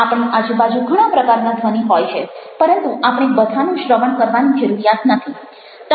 આપણી આજુબાજુ ઘણા પ્રકારના ધ્વનિ હોય છે પરંતુ આપણે બધાનું શ્રવણ કરવાની જરૂરિયાત નથી